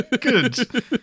good